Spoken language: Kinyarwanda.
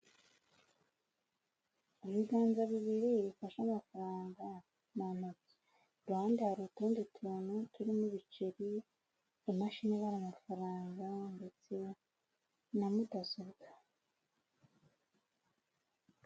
Ibiganza bibiri bifashe amafaranga mu ntoki, ku ruhande hari utundi tuntu turimo ibiceri, imashini ibara amafaranga ndetse na mudasobwa.